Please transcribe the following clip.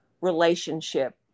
relationship